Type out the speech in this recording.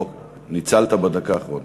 ניצלת בדקה האחרונה.